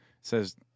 Says